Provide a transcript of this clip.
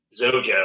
Zojo